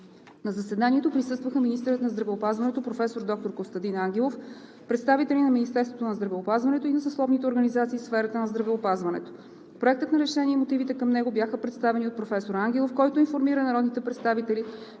На заседанието присъстваха министърът на здравеопазването професор доктор Костадин Ангелов, представители на Министерството на здравеопазването и на съсловните организации в сферата на здравеопазването. Проектът на решение и мотивите към него бяха представени от професор Ангелов, който информира народните представители,